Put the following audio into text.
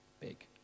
big